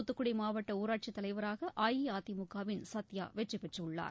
தூத்துக்குடி மாவட்ட ஊராட்சித் தலைவராக அஇஅதிமுகவின் சத்யா வெற்றி பெற்றுள்ளார்